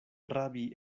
rabi